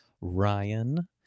Ryan